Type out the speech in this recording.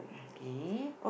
okay